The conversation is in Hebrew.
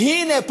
הנה,